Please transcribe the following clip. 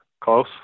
close